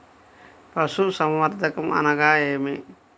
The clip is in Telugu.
పశుసంవర్ధకం అనగా ఏమి?